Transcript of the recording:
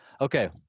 okay